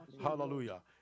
Hallelujah